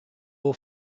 will